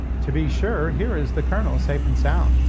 to be sure, here is the colonel safe and sound.